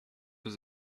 does